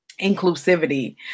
inclusivity